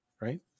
Right